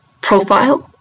profile